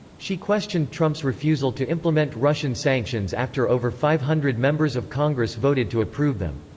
she questioned trump's refusal to implement russian sanctions after over five hundred members of congress voted to approve them.